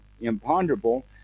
imponderable